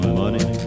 money